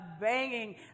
banging